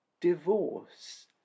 divorce